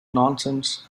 nonsense